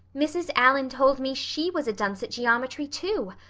mrs. allan told me she was a dunce at geometry too.